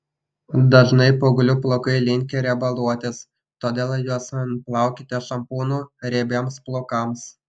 dažnai paauglių plaukai linkę riebaluotis todėl juos plaukite šampūnu riebiems plaukams